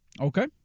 Okay